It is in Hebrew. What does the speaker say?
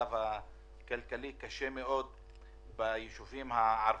המצב הכלכלי קשה מאוד בישובים הערביים.